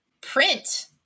print